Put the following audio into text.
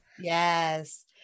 Yes